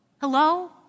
Hello